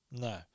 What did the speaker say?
No